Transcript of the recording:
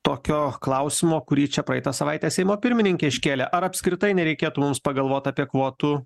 tokio klausimo kurį čia praeitą savaitę seimo pirmininkė iškėlė ar apskritai nereikėtų mums pagalvot apie kvotų